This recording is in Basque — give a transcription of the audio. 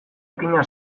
okina